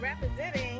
representing